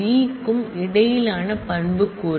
க்கும் இடையிலான ஆட்ரிபூட்ஸ் கள்